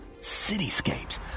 cityscapes